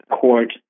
court